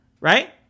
right